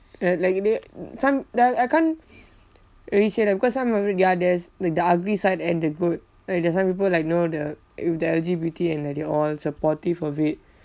li~ like they mm some tha~ I can't really say that because some are very they are there's the ugly side and the good ya there's some people like you know the if the L_G_B_T and that they all supportive of it